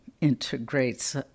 integrates